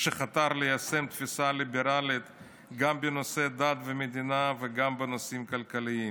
שחתר ליישם תפיסה ליברלית גם בנושא דת ומדינה וגם בנושאים כלכליים.